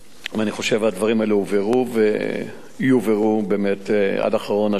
ואני חושב שהדברים האלה הובהרו ויובהרו עד אחרון השוטרים.